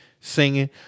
singing